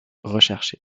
recherchés